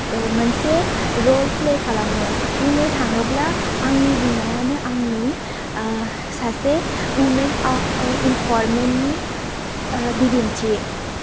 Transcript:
मोनसे role play खालामो बुंनो थाङोब्ला आंनि बिमायानो आंनि सासे उमेन इमफरमेन्टनि बिदिन्थि